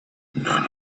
none